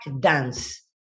dance